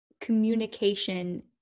communication